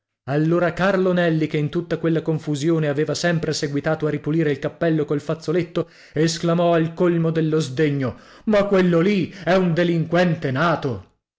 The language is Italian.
allora carlo nelli che in tutta quella confusione aveva sempre seguitato a ripulire il cappello col fazzoletto esclamò al colmo dello sdegno ma quello lì è un delinquente nato